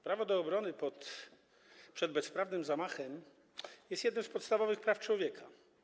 Prawo do obrony przed bezprawnym zamachem jest jednym z podstawowych praw człowieka.